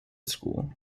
school